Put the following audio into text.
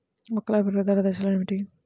మొక్కల పెరుగుదల దశలు ఏమిటి?